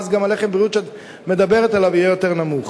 אז גם המחיר של לחם הבריאות שאת מדברת עליו יהיה יותר נמוך.